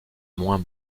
moins